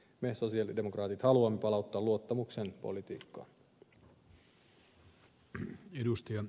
me sosialidemokraatit haluamme palauttaa luottamuksen politiikkaan